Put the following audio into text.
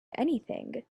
anything